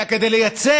אלא כדי לייצג